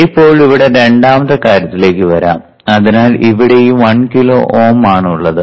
ഇപ്പോൾ ഇവിടെ രണ്ടാമത്തെ കാര്യത്തിലേക്ക് വരാം അതിനാൽ ഇവിടെ ഈ 1 കിലോ Ω ആണ് ഉള്ളത്